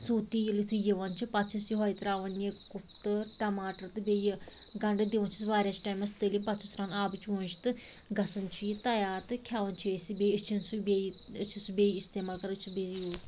سُہ تیٖل یُتھُے یوان چھُ پتہٕ چھِس یُہوے ترٛاوان یہِ کُفتہٕ ٹماٹر تہٕ بیٚیہِ یہِ گنٛڈٕ دِوان چھِس واریاہس ٹایمَس تٔلِنۍ پتہٕ چھِس ترٛاوان آبہٕ چونٛچہ تہٕ گَژھان چھُ یہِ تیار تہٕ کھیٚوان چھِ أسۍ یہِ بیٚیہِ أسۍ چھِنہٕ بیٚیہِ أسۍ چھِ سُہ بیٚیہِ استعمال کران أسۍ چھِ بیٚیہِ یوٗز